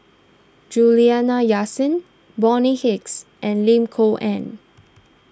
Juliana Yasin Bonny Hicks and Lim Kok Ann